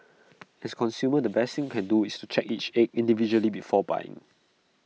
as consumers the best thing can do is to check each egg individually before buying